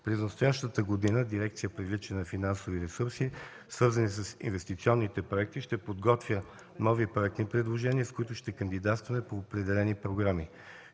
През настоящата година дирекция „Привличане на финансови ресурси, свързани с инвестиционните проекти” ще подготвя нови проектни предложения, с които ще кандидатства по определени програми,